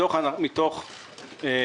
הייתה כאן מדיניות מתמשכת,